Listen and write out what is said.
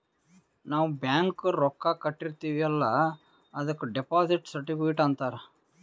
ನಾವ್ ಬ್ಯಾಂಕ್ಗ ರೊಕ್ಕಾ ಕಟ್ಟಿರ್ತಿವಿ ಅಲ್ಲ ಅದುಕ್ ಡೆಪೋಸಿಟ್ ಸರ್ಟಿಫಿಕೇಟ್ ಅಂತಾರ್